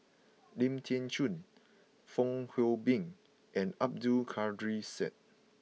Lim Thean Soo Fong Hoe Beng and Abdul Kadir Syed